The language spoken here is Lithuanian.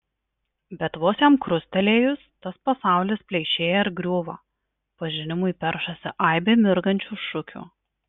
bet vos jam krustelėjus tas pasaulis pleišėja ir griūva pažinimui peršasi aibė mirgančių šukių